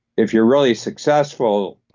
if you're really successful,